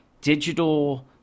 digital